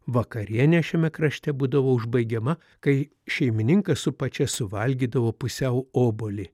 vakarienė šiame krašte būdavo užbaigiama kai šeimininkas su pačia suvalgydavo pusiau obuolį